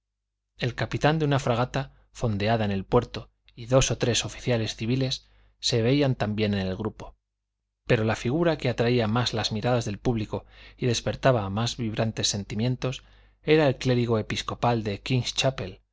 el capitán de una fragata fondeada en el puerto y dos o tres oficiales civiles se veían también en el grupo pero la figura que atraía más las miradas del público y despertaba más vibrantes sentimientos era el clérigo episcopal de king's chapel